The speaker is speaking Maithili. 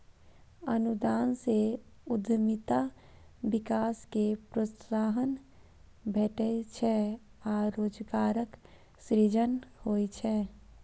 अनुदान सं उद्यमिता विकास कें प्रोत्साहन भेटै छै आ रोजगारक सृजन होइ छै